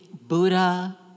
Buddha